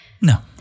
No